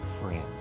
friend